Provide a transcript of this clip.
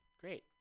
Great